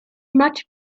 much